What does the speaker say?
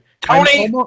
Tony